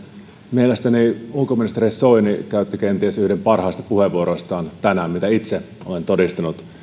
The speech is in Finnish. mielestäni ulkoministeri soini käytti tänään kenties yhden parhaista puheenvuoroistaan mitä itse olen todistanut